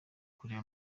kureba